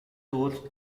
source